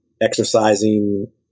exercising